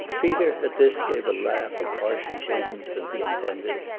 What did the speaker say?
peter, at this, gave a laugh of harsher cadence than he intended,